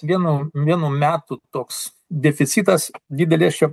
vienų vienų metų toks deficitas didelės čia